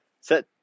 set